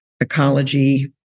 ecology